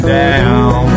down